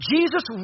Jesus